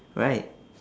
right